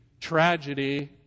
tragedy